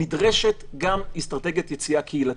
נדרשת גם אסטרטגיית יציאה קהילתית.